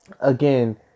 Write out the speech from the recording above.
again